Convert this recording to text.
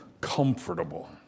comfortable